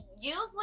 Usually